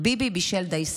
ביבי בישל דייסה.